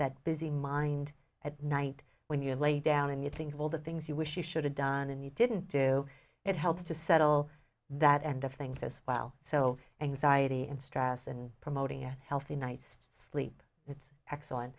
that busy mind at night when you lay down and you think of all the things you wish you should have done and you didn't do it helps to settle that end of things as well so anxiety and stress and promoting a healthy night's sleep it's excellent